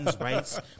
rights